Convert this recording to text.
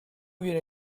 viene